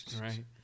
Right